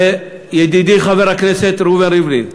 ידידי חבר הכנסת רובי ריבלין,